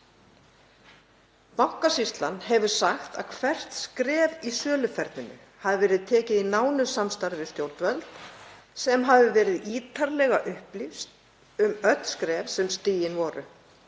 Bankasýslan hefur sagt að hvert skref í söluferlinu hafi verið tekið í nánu samstarfi við stjórnvöld sem hafi verið ítarlega upplýst um öll skref sem stigin voru,